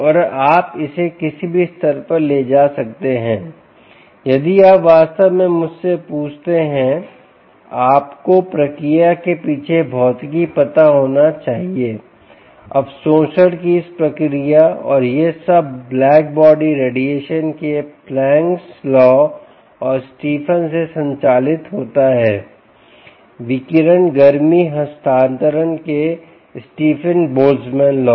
अब आप इसे किसी भी स्तर पर ले जा सकते हैं यदि आप वास्तव में मुझसे पूछते हैं आपको प्रक्रिया के पीछे भौतिकी पता होना चाहिए अवशोषण की इस प्रक्रिया और यह सब ब्लैकबॉडी रेडिएशन के प्लैंक्सPlanck's लॉ और स्टेफेन से संचालित होता है विकिरण गर्मी हस्तांतरण के स्टीफन बोल्ट्ज़मन लॉ